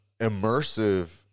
immersive